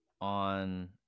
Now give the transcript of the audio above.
on